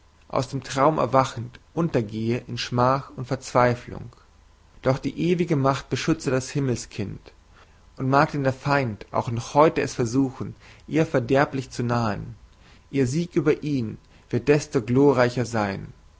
aus dem traum erwachend untergehe in schmach und verzweiflung doch die ewige macht beschützte das himmelskind und mag denn der feind auch noch heute es versuchen ihr verderblich zu nahen ihr sieg über ihn wird desto glorreicher sein